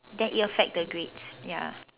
then it affect the grades ya